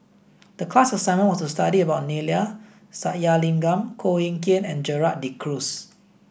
the class assignment was to study about Neila Sathyalingam Koh Eng Kian and Gerald De Cruz